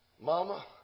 Mama